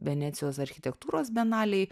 venecijos architektūros bienalėj